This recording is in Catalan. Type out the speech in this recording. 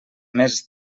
més